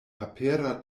papera